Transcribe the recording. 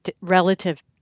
relative